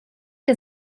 que